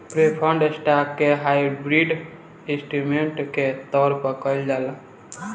preferred stock के hybrid instrument के तौर पर कइल जाला